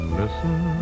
listen